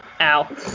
Ow